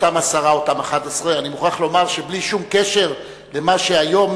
אותם 10 11. אני מוכרח לומר שבלי שום קשר למה שהיום